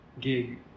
gig